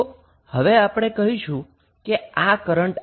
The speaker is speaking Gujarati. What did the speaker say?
તો હવે આપણે કહીશું કે આ કરન્ટ I છે